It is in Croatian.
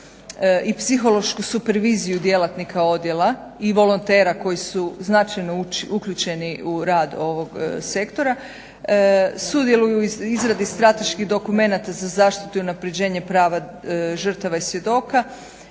i psihološku superviziju djelatnika odjela i volontera koji su značajno uključeni u rad ovog sektora, sudjeluju u izradi strateških dokumenata za zaštitu i unaprjeđenje prava žrtava i svjedoka,